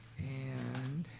and